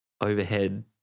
overhead